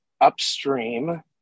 Upstream